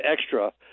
extra